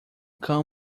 cão